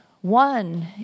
One